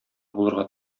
булырга